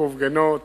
יעקב גנות,